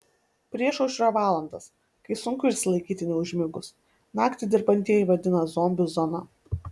priešaušrio valandas kai sunku išsilaikyti neužmigus naktį dirbantieji vadina zombių zona